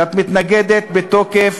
שאת מתנגדת בתוקף